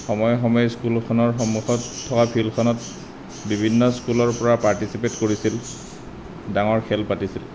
সময়ে সময়ে স্কুলখনৰ সন্মুখত থকা ফিল্ডখনত বিভিন্ন স্কুলৰপৰা পাৰ্টিচিপেট কৰিছিল ডাঙৰ খেল পাতিছিল